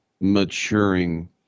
maturing